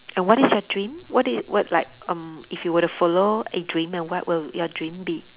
and what is your dream what is what like um if you were to follow a dream and what will your dream be